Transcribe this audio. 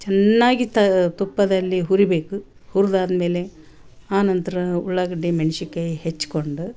ಚೆನ್ನಾಗಿ ತುಪ್ಪದಲ್ಲಿ ಹುರಿಯಬೇಕು ಹುರ್ದಾದ ಮೇಲೆ ಆ ನಂತರ ಉಳ್ಳಾಗಡ್ಡಿ ಮೆಣ್ಶಿನ ಕಾಯಿ ಹೆಚ್ಕೊಂಡು